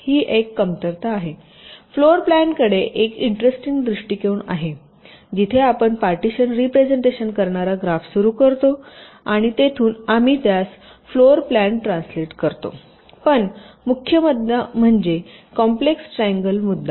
ही एक कमतरता आहे फ्लोर प्लॅन कडे एक इंटरेस्टिंग दृष्टीकोन आहे जिथे आपण पार्टिशन रीप्रेझेन्टेशन करणारा ग्राफ सुरू करतो आणि तेथून आम्ही त्यास फ्लोर प्लॅन ट्रान्सलेट करतो पण मुख्य मुद्दा म्हणजे कॉम्प्लेक्स ट्रिअगल मुद्दा